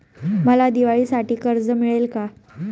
मला दिवाळीसाठी कर्ज मिळेल का?